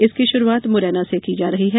इसकी शुरूआत मुरैना से की जा रही है